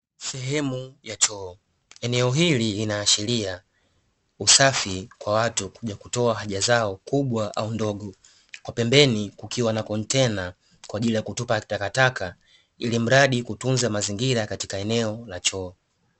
Sehemu ya choo, eneo hili inaashiria usafi kwa watu kuja kutoa haja zao kubwa ama ndogo, kwa pembeni kukiwa na kontena kwa ajili ya kutupa takataka ili mradi kutunza mazingira ya choo.